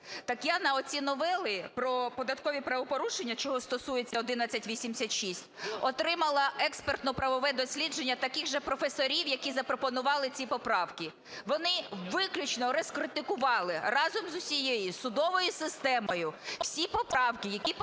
Так я на оці новели про податкові правопорушення, чого стосується 1186, отримала експертно-правове дослідження таких же професорів, які запропонували ці поправки. Вони виключно розкритикували разом з усією судовою системою всі поправки, які подавав